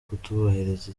kutubahiriza